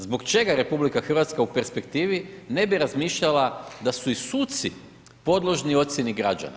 Zbog čega RH u perspektivi ne bi razmišljala da su i suci podložni ocjeni građana?